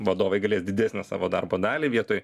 vadovai galės didesnę savo darbo dalį vietoj